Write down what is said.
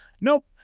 nope